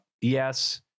Yes